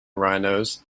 rhinos